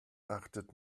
achtet